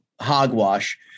hogwash